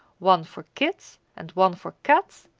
one for kit, and one for kat,